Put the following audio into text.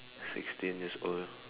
sixteen years old